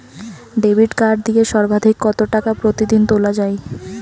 Debit card দিয়ে সর্বাধিক কত টাকা প্রতিদিন তোলা য়ায়?